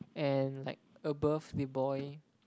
and like above the boy